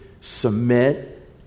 submit